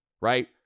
Right